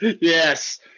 yes